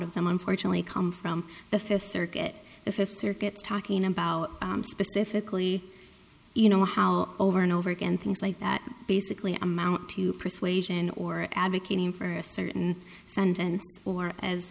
of them unfortunately come from the fifth circuit the fifth circuit talking about specifically you know how over and over again things like that basically amount to persuasion or advocating for a certain extent and or as